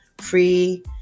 free